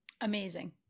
Amazing